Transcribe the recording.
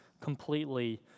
completely